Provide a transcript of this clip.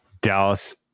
Dallas